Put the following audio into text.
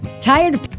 Tired